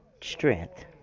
strength